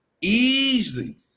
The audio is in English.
Easily